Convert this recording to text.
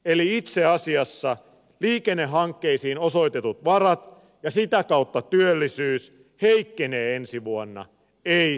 eli itse asiassa liikennehankkeisiin osoitetut varat ja sitä kautta työllisyys heikkenevät ensi vuonna eivät lisäänny